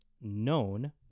known